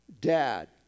dad